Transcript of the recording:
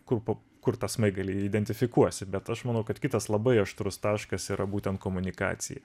kur po kur tą smaigalį neidentifikuosi bet aš manau kad kitas labai aštrus taškas yra būtent komunikacija